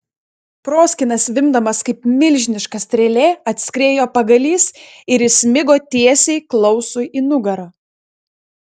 proskyna zvimbdamas kaip milžiniška strėlė atskriejo pagalys ir įsmigo tiesiai klausui į nugarą